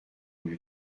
lui